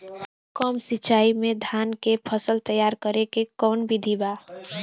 कम सिचाई में धान के फसल तैयार करे क कवन बिधि बा?